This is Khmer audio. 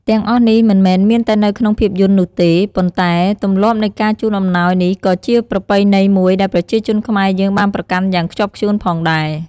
ទាំងអស់នេះមិនមែនមានតែនៅក្នុងភាពយន្តនោះទេ ប៉ុន្តែទម្លាប់នៃការជូនអំណោយនេះក៏ជាប្រពៃណីមួយដែលប្រជាជនខ្មែរយើងបានប្រកាន់យ៉ាងខ្ជាប់់ខ្ជួនផងដែរ។